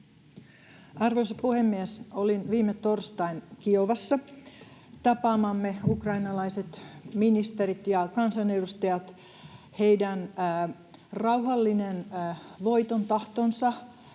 Arvoisa puhemies! Olin viime torstain Kiovassa. Tapaamamme ukrainalaiset ministerit ja kansanedustajat, heidän rauhallinen voitontahtonsa